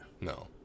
No